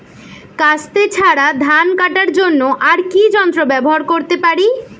কাস্তে ছাড়া ধান কাটার জন্য আর কি যন্ত্র ব্যবহার করতে পারি?